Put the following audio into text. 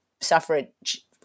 suffrage